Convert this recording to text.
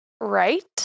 right